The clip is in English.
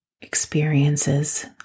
experiences